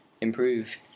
improve